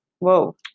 whoa